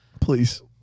please